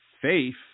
faith